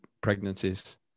pregnancies